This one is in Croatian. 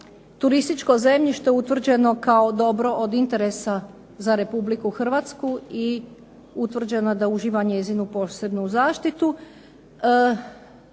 turističko zemljište utvrđeno kao dobro od interesa za RH i utvrđeno je da uživa njezinu posebnu zaštitu.